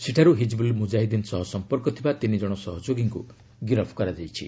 ସେଠାର୍ ହିଜବ୍ରଲ୍ ମ୍ରଜାହିଦ୍ଦିନ ସହ ସମ୍ପର୍କ ଥିବା ତିନି ଜଣ ସହଯୋଗୀଙ୍କ ଗିରଫ୍ କରାଯାଇଛି